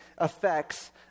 effects